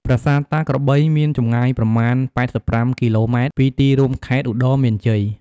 ប្រាសាទតាក្របី មានចម្ងាយប្រមាណ ៨៥គីឡូម៉ែត្រពីទីរួមខេត្តឧត្តរមានជ័យ។